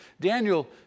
Daniel